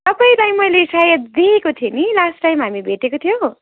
तपाईँलाई मैले सायद देखेको थिएँ नि लास्ट टाइम हामी भेटेको थियौँ